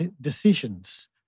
decisions